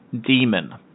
Demon